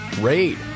raid